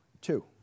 Two